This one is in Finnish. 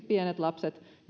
pienet lapset